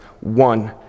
one